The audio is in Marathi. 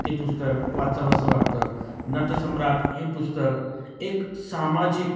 ते पुस्तक वाचावंसं वाटतं नटसम्राट हे पुस्तक एक सामाजिक